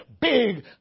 big